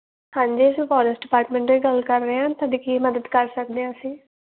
ਹਾਂਜੀ ਅਸੀਂ forest department ਤੋਂ ਹੀ ਗੱਲ ਕਰ ਰਹੇ ਹਾਂ ਤੁਹਾਡੀ ਕੀ ਮਦਦ ਕਰ ਸਕਦੇ ਹਾਂ ਅਸੀਂ